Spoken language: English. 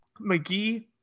McGee